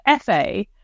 FA